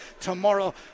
tomorrow